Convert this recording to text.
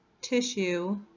tissue